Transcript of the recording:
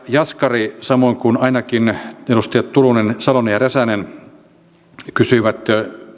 jaskari samoin kuin ainakin edustajat turunen salonen ja räsänen kysyivät